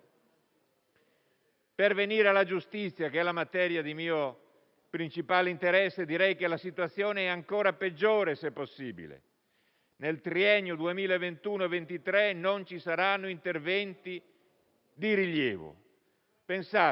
Per venire alla giustizia, che è la materia di mio principale interesse, la situazione è ancora peggiore, se possibile. Nel triennio 2021-23 non ci saranno interventi di rilievo: le